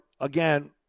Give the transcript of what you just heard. again